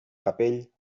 capell